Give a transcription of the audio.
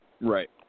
Right